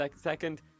second